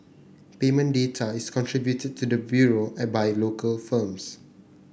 payment data is contributed to the Bureau by local firms